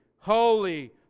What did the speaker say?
holy